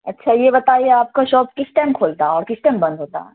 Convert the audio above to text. اچھا یہ بتائیے آپ کا شاپ کس ٹائم کھلتا ہے اور کس ٹائم بند ہوتا ہے